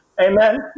Amen